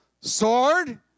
Sword